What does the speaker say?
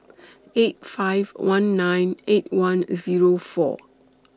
eight five one nine eight one Zero four